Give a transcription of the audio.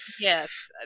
Yes